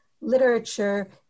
literature